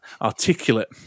articulate